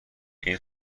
این